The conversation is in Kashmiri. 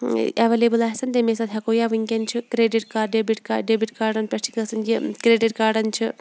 اٮ۪ویلیبٕل آسان تمی ساتہٕ ہٮ۪کو یا وٕنکٮ۪ن چھِ credit card debit card debit کاڈَن پٮ۪ٹھ چھِ گژھان یہِ کرٛیٚڈِٹ کاڈَن چھِ